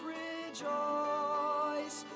rejoice